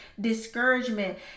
discouragement